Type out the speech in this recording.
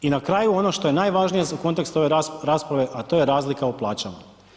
I na kraju ono što je najvažnije za kontekst ove rasprave, a to je razlika u plaćama.